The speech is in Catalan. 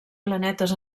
planetes